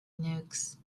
nukes